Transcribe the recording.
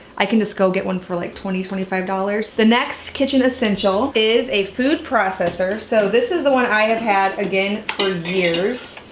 i can just go get one for like twenty twenty five dollars. the next kitchen essential is a food processor. so this is the one i have had, again, for and years.